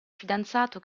fidanzato